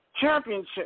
championship